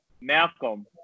Malcolm